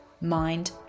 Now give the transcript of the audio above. mind